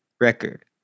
record